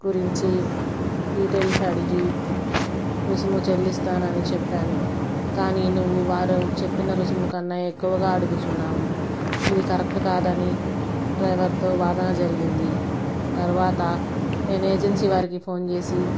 గురించి డీటెయిల్స్ అడిగి రుసుము చెల్లిస్తాను అని చెప్పాను కానీ నువ్వు వారు చెప్పిన రుసుము కన్నా ఎక్కువ అడుగుతున్నావు ఇది కరెక్ట్ కాదని డ్రైవర్తో వాదన జరిగింది తర్వాత నేను ఏజెన్సీ వారికి ఫోన్ చేసి